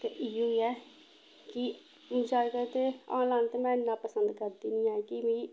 ते इ'यो ऐ कि ज्यादातर ते आनलाइन ते में इन्ना पसंद करदी निं ऐ कि मिगी